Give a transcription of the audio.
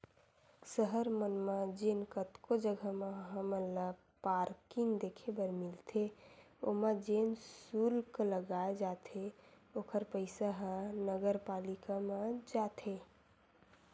सहर मन म जेन कतको जघा म हमन ल पारकिंग देखे बर मिलथे ओमा जेन सुल्क लगाए जाथे ओखर पइसा ह नगरपालिका म जाथे